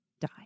die